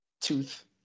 tooth